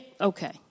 okay